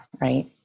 right